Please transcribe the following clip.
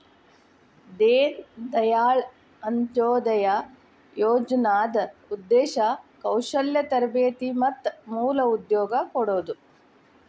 ದೇನ ದಾಯಾಳ್ ಅಂತ್ಯೊದಯ ಯೋಜನಾದ್ ಉದ್ದೇಶ ಕೌಶಲ್ಯ ತರಬೇತಿ ಮತ್ತ ಮೂಲ ಉದ್ಯೋಗ ಕೊಡೋದು